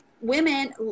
women